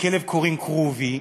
לכלב קוראים כרובי,